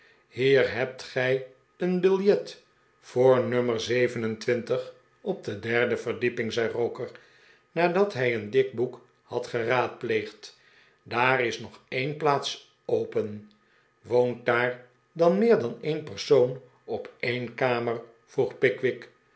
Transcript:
hier hebt gij een biljet voor nummer zeven en twintig op de derde verdieping zei roker nadat hij een dik boek had geraadpleegddaar is nog een plaats open wodnt daar dan meer dan een persoon op een kamer vroeg pickwick